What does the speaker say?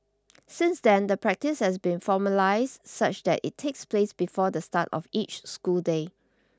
since then the practice has been formalised such that it takes place before the start of each school day